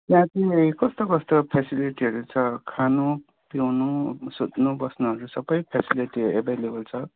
त्यहाँ चाहिँ कस्तो कस्तो फेसिलिटिहरू छ खानु पिउनु सुत्नु बस्नुहरू सबै फेसिलिटिहरू एभाइलेबल छ